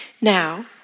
now